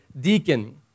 deacon